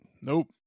Nope